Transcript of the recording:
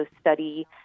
study